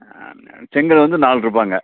செங்கல் வந்து நால்ரூபாங்க